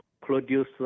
produce